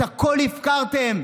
את הכול הפקרתם,